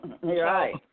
right